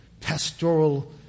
pastoral